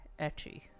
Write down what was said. etchy